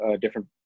different